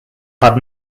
had